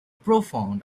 profound